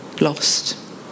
lost